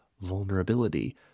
vulnerability